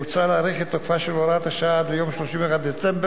מוצע להאריך את תוקפה של הוראת השעה עד ליום 31 בדצמבר